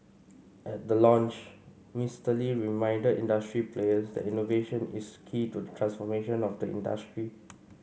at the launch Mister Lee reminded industry players that innovation is key to the transformation of the industry